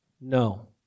No